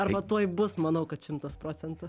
arba tuoj bus manau kad šimtas procentų